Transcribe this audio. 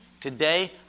Today